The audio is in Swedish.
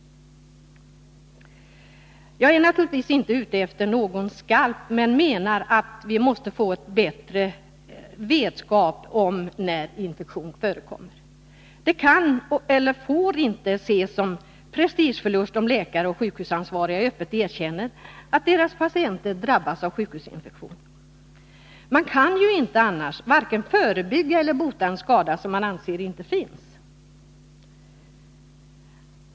Jag är naturligtvis inte ute efter någons skalp men anser att vi måste få en bättre vetskap om när infektion förekommer. Det kan och får inte ses som en prestigeförlust om läkare och sjukvårdsansvariga öppet erkänner att deras patienter drabbats av sjukhusinfektion. Man kan ju inte vare sig förebygga eller bota en skada som inte anses finnas.